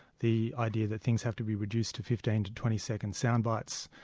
the idea that things have to be reduced to fifteen to twenty second sound bites,